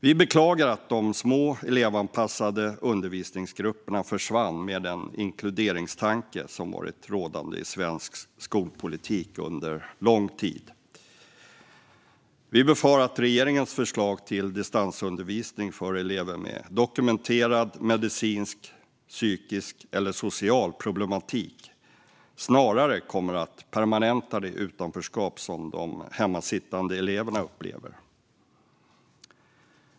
Vi beklagar att de små elevanpassade undervisningsgrupperna försvann med den inkluderingstanke som varit rådande i svensk skolpolitik under lång tid. Vi befarar att regeringens förslag till distansundervisning för elever med dokumenterad medicinsk, psykisk eller social problematik snarare kommer att permanenta det utanförskap som de hemmasittande eleverna upplever.